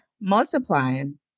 multiplying